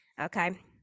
Okay